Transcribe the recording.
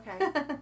Okay